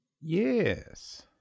Yes